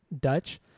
dutch